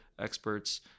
experts